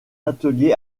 atelier